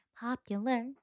Popular